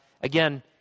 Again